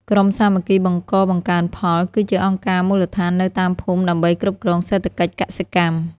ក្រុមសាមគ្គីបង្កបង្កើនផល គឺជាអង្គការមូលដ្ឋាននៅតាមភូមិដើម្បីគ្រប់គ្រងសេដ្ឋកិច្ចកសិកម្ម។